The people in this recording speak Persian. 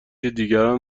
دیگران